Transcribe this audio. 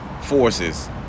forces